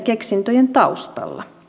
arvoisa puhemies